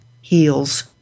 heals